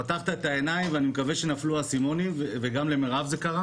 פתחת את העיניים ואני מקווה שנפלו האסימונים גם למירב זה קרה